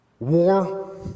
war